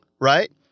right